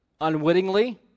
unwittingly